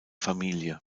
familie